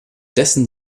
dessen